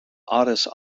addis